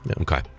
Okay